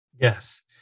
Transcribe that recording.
Yes